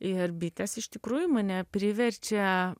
ir bitės iš tikrųjų mane priverčia